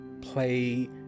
play